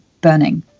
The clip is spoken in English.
burning